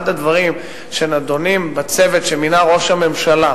אחד הדברים שנדונים בצוות שמינה ראש הממשלה,